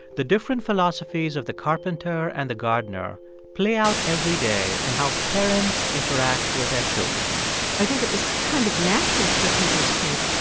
the different philosophies of the carpenter and the gardener play out every day in how parents interact with their children i think it was kind of natural for people to think,